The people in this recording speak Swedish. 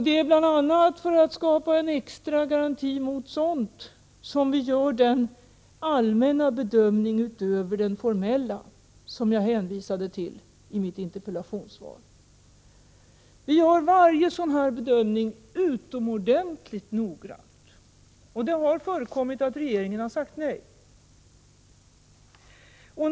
Det är bl.a. för att skapa en extra garanti mot sådant som vi gör den allmänna bedömningen utöver den formella som jag hänvisade till i mitt interpellationssvar. Vi gör varje sådan bedömning utomordentligt noggrant. Det har förekommit att regeringen sagt nej.